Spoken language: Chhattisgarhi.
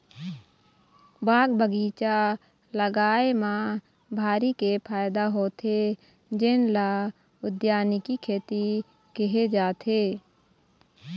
बाग बगीचा लगाए म भारी के फायदा होथे जेन ल उद्यानिकी खेती केहे जाथे